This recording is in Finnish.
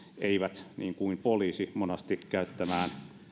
eivät niin kuin poliisit monasti käyttämään